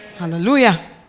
Hallelujah